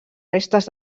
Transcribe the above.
restes